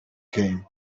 game